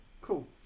Cool